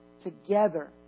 together